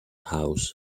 house